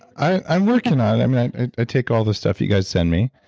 i'm working on it. i take all the stuff you guys send me.